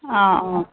অঁ